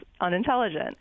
unintelligent